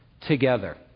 together